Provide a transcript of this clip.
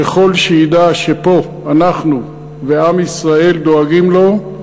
ככל שידע שפה אנחנו ועם ישראל דואגים לו,